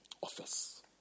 Office